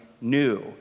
new